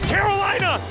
Carolina